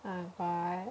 oh my god